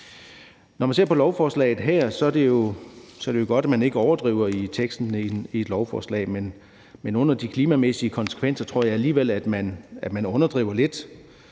Når man ser på lovforslaget her, er det jo godt, at man ikke overdriver i teksten i et lovforslag, men i forhold til de klimamæssige konsekvenser tror alligevel at man underdriver lidt.